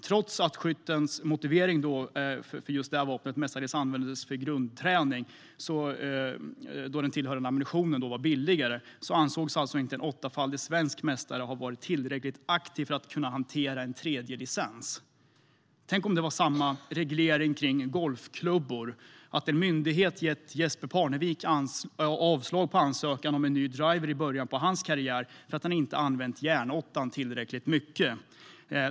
Trots skyttens motivering att just detta vapen mestadels används för grundträning då den tillhörande ammunitionen är billigare ansågs alltså inte denna åttafaldige svenske mästare ha varit tillräckligt aktiv för att kunna hantera en tredje licens. Tänk om det hade varit samma reglering kring golfklubbor och att en myndighet hade gett Jesper Parnevik avslag på ansökan om en ny driver i början av hans karriär för att han inte använt järnåttan tillräckligt mycket.